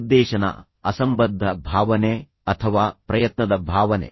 ನಿರ್ದೇಶನ ಅಸಂಬದ್ಧ ಭಾವನೆ ಅಥವಾ ಪ್ರಯತ್ನದ ಭಾವನೆ